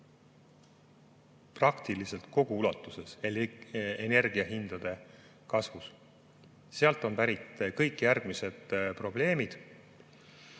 praktiliselt kogu ulatuses energiahindade kasv. Sealt on pärit kõik muud probleemid.